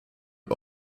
und